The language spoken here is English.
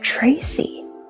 Tracy